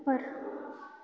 ਉੱਪਰ